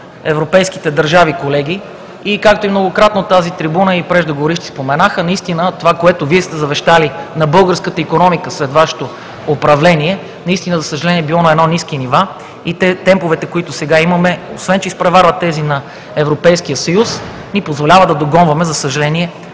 европейските държави, колеги. И както многократно от тази трибуна и преждеговорившите споменаха, наистина това, което Вие сте завещали на българската икономика след Вашето управление, за съжаление, е било на ниски нива и темповете, които сега имаме, освен че изпреварват тези на Европейския съюз, ни позволява да догонваме, за съжаление,